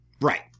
Right